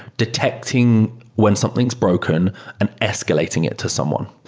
detecting when something is broken and escalating it to someone.